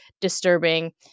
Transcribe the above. disturbing